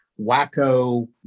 wacko